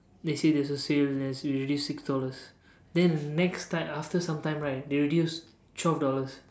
they say there's a sale that's usually six dollars then the next time after some time right they reduced twelve dollars